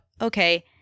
okay